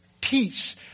peace